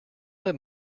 that